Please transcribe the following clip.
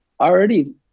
already